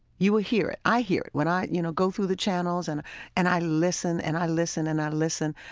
you will hear it. i hear it when i you know go through the channels and and i listen and i listen and i listen,